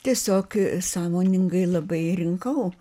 tiesiog sąmoningai labai rinkau